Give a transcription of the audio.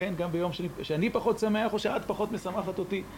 כן, גם ביום שאני פחות שמח, או שאת פחות משמחת אותי.